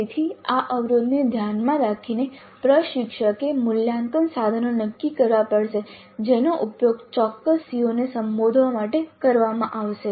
તેથી આ અવરોધને ધ્યાનમાં રાખીને પ્રશિક્ષકે મૂલ્યાંકન સાધનો નક્કી કરવા પડશે જેનો ઉપયોગ ચોક્કસ CO ને સંબોધવા માટે કરવામાં આવશે